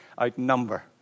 outnumber